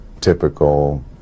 typical